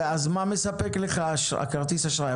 אז מה מספק לך כרטיס האשראי?